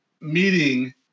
meeting